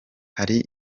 hari